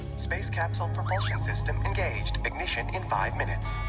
space capsule promotion system engaged ignition in five minutes